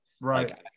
Right